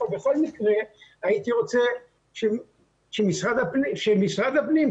בכל מקרה הייתי רוצה שמשרד הפנים,